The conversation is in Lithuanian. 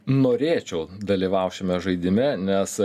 norėčiau dalyvaut šiame žaidime nes